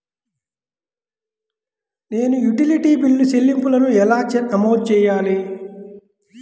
నేను utility bill చెల్లింపులను ఎలా నమోదు చేయాలి?